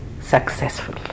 successful